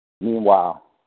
Meanwhile